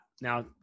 Now